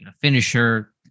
finisher